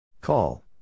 Call